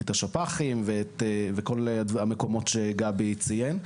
את השפ"חים וכל המקומות שגבי ציין.